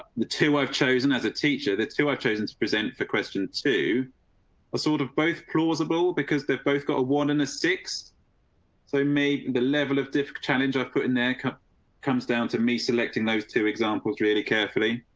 the two i've chosen as a teacher, that too i chosen to present for question two a. sort of both plausible because they've both got award and a six so maybe the level of different challenge i've put in their cup comes down to me selecting those two examples really carefully.